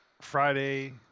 Friday